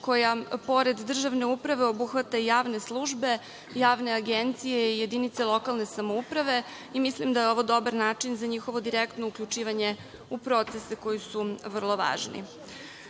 koja pored državne uprave obuhvata i javne službe, javne agencije i jedinice lokalne samouprave. Mislim da je ovo dobar način za njihovo direktno uključivanje u procese koji su vrlo važni. Vlada